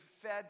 fed